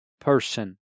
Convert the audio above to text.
person